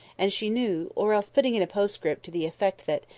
and she knew, or else putting in a postscript to the effect that,